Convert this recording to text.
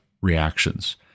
reactions